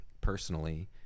personally